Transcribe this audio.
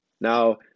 Now